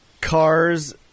Cars